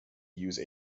use